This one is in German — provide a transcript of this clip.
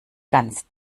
ganz